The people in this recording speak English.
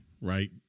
right